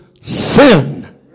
sin